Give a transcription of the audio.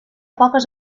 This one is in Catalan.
poques